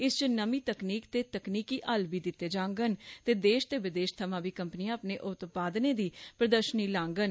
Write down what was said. इस च नमीं तकनीक ते तकनीकी हल बी दिते जाडन ते देश ते विदेश थमां बी कंपनियां अपने एतपादे दी प्रदर्शनी लाड